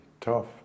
tough